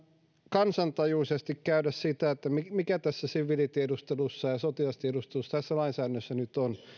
kansantajuisesti käydä läpi sitä mistä tässä siviilitiedustelussa ja sotilastiedustelussa tässä lainsäädännössä nyt on